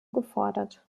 gefordert